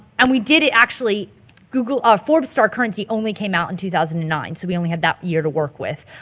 and we did it actually google, ah forbes star currency only came out in two thousand and nine so we only had that year to work with.